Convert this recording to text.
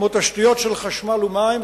כמו תשתיות של חשמל ומים,